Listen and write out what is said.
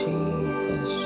Jesus